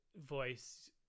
voice